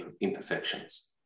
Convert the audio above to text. imperfections